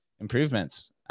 improvements